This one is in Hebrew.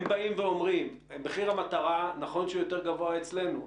הם באים ואומרים: נכון שמחיר המטרה יותר גבוה אצלנו,